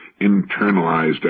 internalized